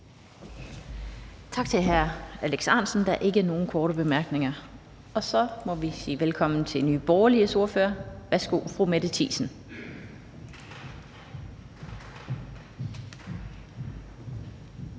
Tak til hr. Alex Ahrendtsen. Der er ikke nogen korte bemærkninger. Så må vi sige velkommen til Nye Borgerliges ordfører. Værsgo til fru Mette Thiesen.